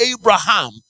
Abraham